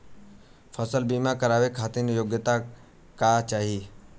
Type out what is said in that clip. फसल बीमा करावे खातिर योग्यता का चाही?